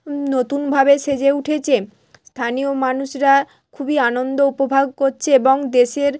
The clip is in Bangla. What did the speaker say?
নতুন ভাবে সেজে উঠেছে স্থানীয় মানুষরা খুবই আনন্দ উপভোগ করছে এবং দেশের